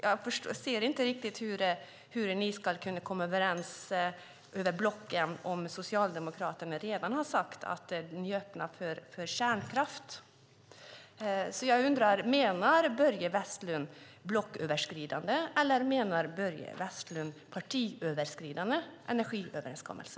Jag ser inte riktigt hur ni ska kunna komma överens över blockgränsen om Socialdemokraterna redan har sagt att ni är öppna för kärnkraft. Jag undrar om Börje Vestlund menar en blocköverskridande eller en partiöverskridande energiöverenskommelse.